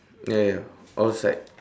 ya ya all side